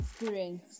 experience